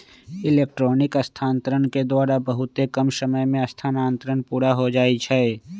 electronic स्थानान्तरण के द्वारा बहुते कम समय में स्थानान्तरण पुरा हो जाइ छइ